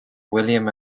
william